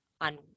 on